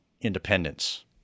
independence